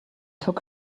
took